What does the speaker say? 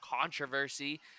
controversy